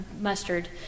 mustard